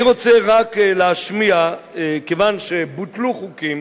אני רוצה רק להשמיע, כיוון שבוטלו חוקים